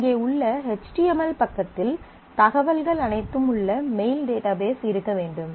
இங்கே உள்ள HTML பக்கத்தில் தகவல்கள் அனைத்தும் உள்ள மெயில் டேட்டாபேஸ் இருக்க வேண்டும்